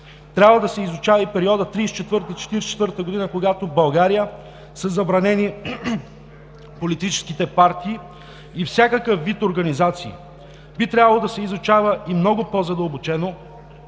Трябва да се изучава и периодът 1934 – 1944 г., когато в България са забранени политическите партии и всякакъв вид организации. Би трябвало да се изучава и много по-задълбочено